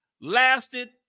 lasted